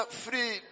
free